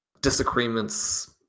disagreements